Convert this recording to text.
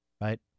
Right